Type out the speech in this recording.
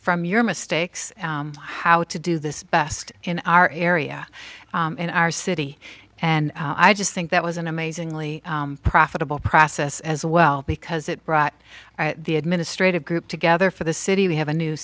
from your mistakes how to do this best in our area in our city and i just think that was an amazingly profitable process as well because it brought the administrative group together for the city we have a new